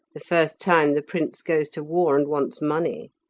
the first time the prince goes to war and wants money.